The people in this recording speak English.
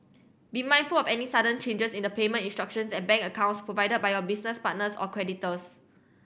be mindful of any sudden changes in the payment instructions and bank accounts provided by your business partners or creditors